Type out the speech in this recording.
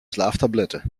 schlaftablette